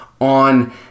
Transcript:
on